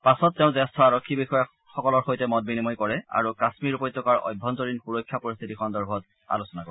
পাছত তেওঁ জ্যেষ্ঠ আৰক্ষী বিষয়াসকলৰ সৈতে মত বিনিময় কৰে আৰু কাশ্মীৰ উপত্যকাৰ অভ্যন্তৰীণ সূৰক্ষা পৰিস্থিতি সন্দৰ্ভত আলোচনা কৰে